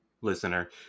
listener